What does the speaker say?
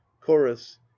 chorus